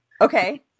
Okay